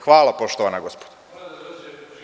Hvala poštovana gospodo.